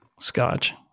scotch